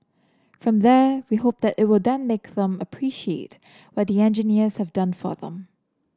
from there we hope that it will then make them appreciate what the engineers have done for them